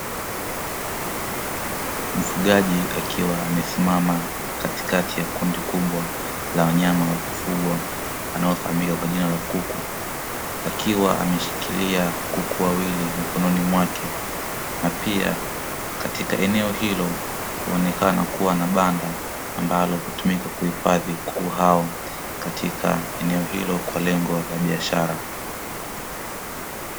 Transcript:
Mfugaji akiwa amesimama katikati ya kundi kubwa la wanyama wa kufugwa wanaofahamika kwa jina la kuku, akiwa ameshikilia kuku wawili mikononi mwake na pia katika eneo hilo huonekana kuwa na banda ambalo hutumika kuihifadhi kuku hao, katika eneo hilo kwa lengo la biashara.